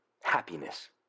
happiness